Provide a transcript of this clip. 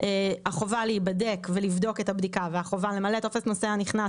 אבל החובה להיבדק ולמלא טופס נוסע נכנס